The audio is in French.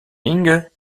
inge